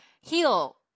heal